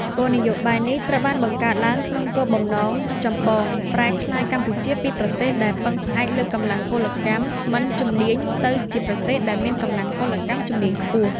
គោលនយោបាយនេះ ត្រូវបានបង្កើតឡើងក្នុងគោលបំណងចម្បង ប្រែក្លាយកម្ពុជាពីប្រទេសដែលពឹងផ្អែកលើកម្លាំងពលកម្មមិនជំនាញ ទៅជាប្រទេសដែលមានកម្លាំងពលកម្មជំនាញខ្ពស់។